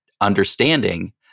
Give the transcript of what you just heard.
understanding